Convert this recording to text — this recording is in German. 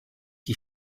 die